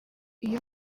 iyo